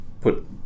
put